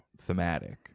Thematic